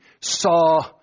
saw